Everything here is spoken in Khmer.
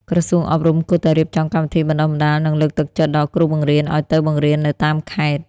ក្រសួងអប់រំគួរតែរៀបចំកម្មវិធីបណ្តុះបណ្តាលនិងលើកទឹកចិត្តដល់គ្រូបង្រៀនឱ្យទៅបង្រៀននៅតាមខេត្ត។